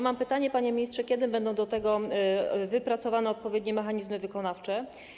Mam pytanie, panie ministrze: Kiedy zostaną wypracowane odpowiednie mechanizmy wykonawcze?